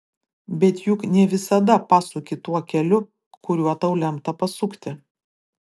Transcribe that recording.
bet juk ne visada pasuki tuo keliu kuriuo tau lemta pasukti